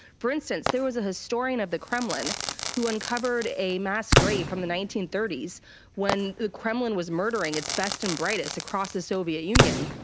for instance, there was a historian of the kremlin who uncovered a mass grave from the nineteen thirty s when the kremlin was murdering it's best and brightest across the soviet union.